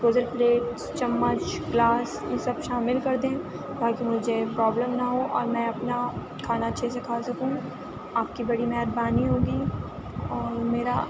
disposal plates چمچ glass یہ سب شامل کر دیں تاکہ مجھے پروبلم نہ ہو اور میں اپنا کھانا اچھے سے کھا سکوں آپ کی بڑی مہربانی ہوگی اور میرا